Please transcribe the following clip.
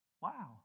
wow